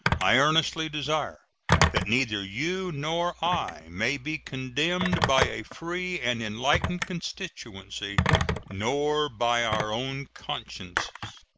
i earnestly desire that neither you nor i may be condemned by a free and enlightened constituency nor by our own consciences.